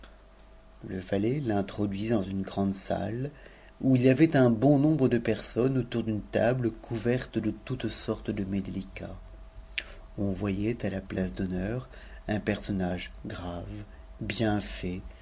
le valet l'introduisit dans une grande salle où it y avait bon nombre de personnes autour d'une table couverte de toutes sortes de mets délicats oa voyait à la place d'honneur un personnage grave bien fait